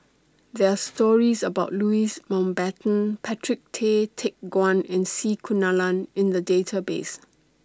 There Are stories about Louis Mountbatten Patrick Tay Teck Guan and C Kunalan in The Database